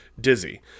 dizzy